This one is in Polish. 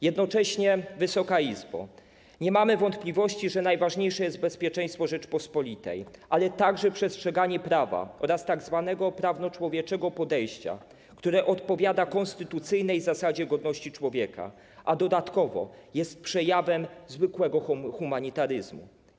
Jednocześnie, Wysoka Izbo, nie mamy wątpliwości, że najważniejsze jest bezpieczeństwo Rzeczypospolitej, ale także przestrzeganie prawa oraz tzw. prawnoczłowieczego podejścia, które odpowiada konstytucyjnej zasadzie godności człowieka, a dodatkowo jest przejawem zwykłego humanitaryzmu.